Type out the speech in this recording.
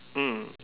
mm